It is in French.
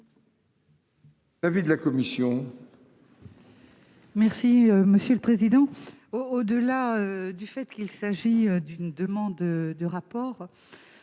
l'avis de la commission